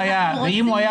אם הוא היה